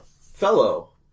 Fellow